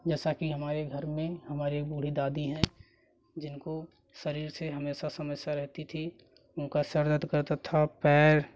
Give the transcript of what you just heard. जैसा कि हमारे घर में हमारी एक बूढ़ी दादी हैं जिनको शरीर से हमेशा समस्या रहती थी उनका सिर दर्द करता था पैर